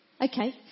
Okay